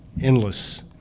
endless